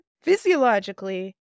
physiologically